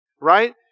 Right